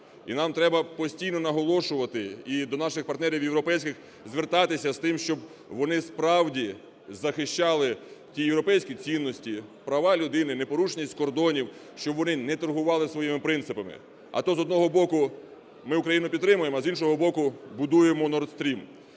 І нам треба постійно наголошувати і до наших партнерів європейських звертатися з тим, щоб вони справді захищали ті європейські цінності, права людини, непорушність кордонів, щоб вони не торгували своїми принципами. А то, з одного боку, ми Україну підтримуємо, а з іншого боку будуємо Nord Stream.